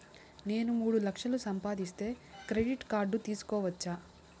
నేను మూడు లక్షలు సంపాదిస్తే క్రెడిట్ కార్డు తీసుకోవచ్చా?